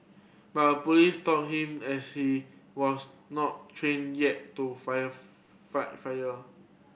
but a police stopped him as he was not trained yet to fight fire fire